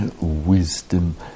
wisdom